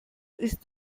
ist